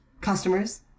customers